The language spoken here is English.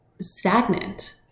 stagnant